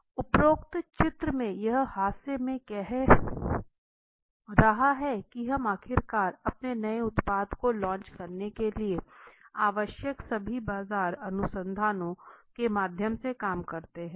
उपरोक्त चित्र में यह हास्य में कह रहा है की हम आखिरकार अपने नए उत्पाद को लॉन्च करने के लिए आवश्यक सभी बाजार अनुसंधानों के माध्यम से काम करते हैं